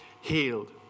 healed